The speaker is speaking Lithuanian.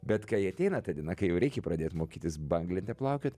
bet kai ateina ta diena kai jau reikia pradėt mokytis banglente plaukioti